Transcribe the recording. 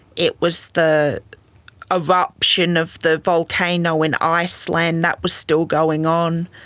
it was the eruption of the volcano in iceland, that was still going on.